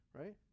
right